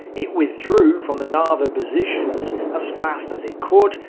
it withdrew from the narva positions as fast as it could,